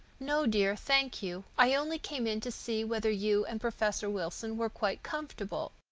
no, dear, thank you. i only came in to see whether you and professor wilson were quite comfortable.